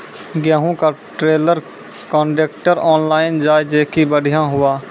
गेहूँ का trailer contractor online जाए जैकी बढ़िया हुआ